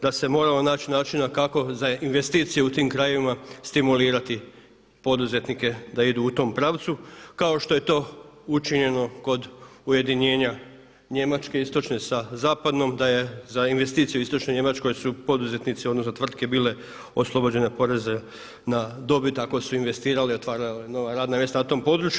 Da se moramo naći načina kako za investicije u tim krajevima stimulirati poduzetnike da idu u tom pravcu kao što je to učinjeno kod ujedinjenja Njemačke istočne sa zapadnom, da je za investicije u istočnoj Njemačkoj su poduzetnici odnosno tvrtke bile oslobođena poreza na dobit ako su investirali i otvarali nova radna mjesta na tom području.